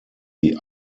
sie